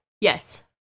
Yes